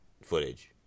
footage